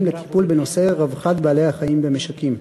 לטיפול בנושא רווחת בעלי-החיים במשקים.